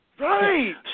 Right